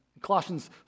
Colossians